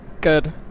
Good